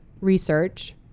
research